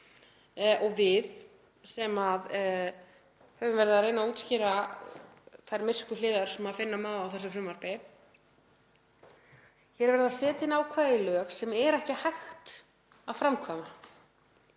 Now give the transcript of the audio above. og við sem höfum verið að reyna að útskýra þær myrku hliðar sem finna má á þessu frumvarpi. Hér er verið að setja ákvæði í lög sem er ekki hægt að framkvæma.